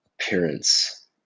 appearance